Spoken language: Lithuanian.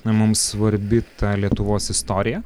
na mums svarbi ta lietuvos istorija